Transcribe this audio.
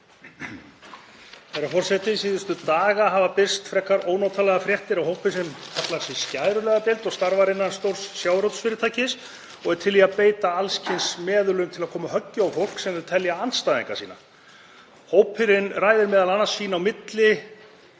Herra forseti. Síðustu daga hafa birst frekar ónotalegar fréttir af hópi sem kallar sig skæruliðadeild og starfar innan stórs sjávarútvegsfyrirtækis og er til í að beita alls kyns meðulum til að koma höggi á fólk sem þau telja andstæðinga sína. Hópurinn ræðir m.a. sín á milli